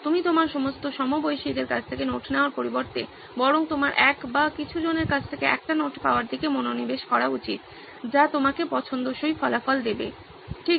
তুমি তোমার সমস্ত সমবয়সীদের কাছ থেকে নোট পাওয়ার পরিবর্তে বরং তোমার এক বা কিছু জনের কাছ থেকে একটি নোট পাওয়ার দিকে মনোনিবেশ করা উচিত যা তোমাকে পছন্দসই ফলাফল দেবে ঠিক